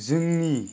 जोंनि